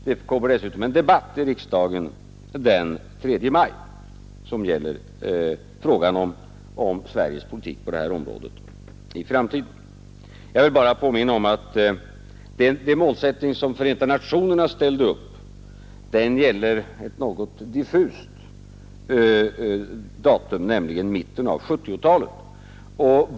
Det blir dessutom en debatt den 3 maj som gäller frågan om Sveriges politik på detta område i framtiden. Jag vill bara påminna om att den målsättning som Förenta nationerna ställde upp gäller en mycket diffus tidsangivelse, nämligen mitten av 1970-talet.